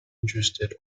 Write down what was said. interested